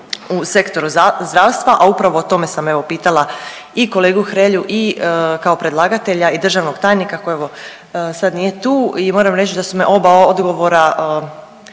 u Sektoru zdravstva, a upravo o tome sam evo pitala i kolegu Hrelju i kao predlagatelja i državnog tajnika. Sad nije tu i moram reći da su me oba odgovora